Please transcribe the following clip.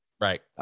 right